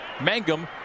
Mangum